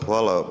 Hvala.